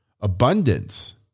Abundance